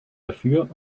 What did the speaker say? dafür